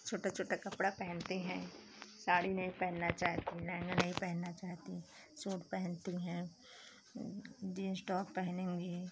छोटा छोटा कपड़ा पहनती हैं साड़ी नहीं पहनना चाहती हैं लहंगा नहीं पहनना चाहती सूट पहनती हैं जींस टॉप पहनेगी